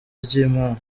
ry’imana